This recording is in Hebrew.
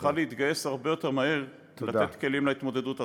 צריכה להתגייס הרבה יותר מהר לתת כלים להתמודדות הזאת.